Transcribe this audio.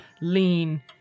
lean